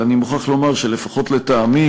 ואני מוכרח לומר שלפחות לטעמי